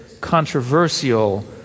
controversial